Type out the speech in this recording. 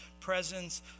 presence